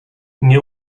nie